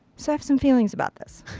so i have some feelings about this.